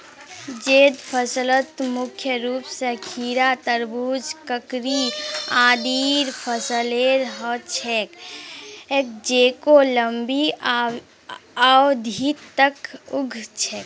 जैद फसलत मुख्य रूप स खीरा, तरबूज, ककड़ी आदिर फसलेर ह छेक जेको लंबी अवधि तक उग छेक